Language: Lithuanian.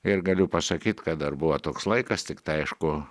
ir galiu pasakyt kad dar buvo toks laikas tiktai aišku